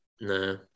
No